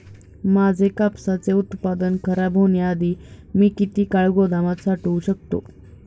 माझे कापसाचे उत्पादन खराब होण्याआधी मी किती काळ गोदामात साठवू शकतो?